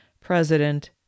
president